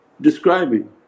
describing